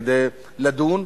כדי לדון.